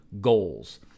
goals